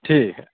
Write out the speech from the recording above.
ठीक आहे